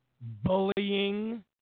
bullying